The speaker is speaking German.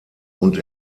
und